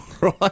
right